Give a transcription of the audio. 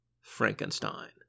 Frankenstein